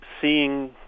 seeing